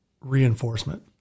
reinforcement